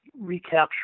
recapture